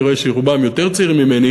אני רואה שרובם יותר צעירים ממני